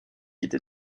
était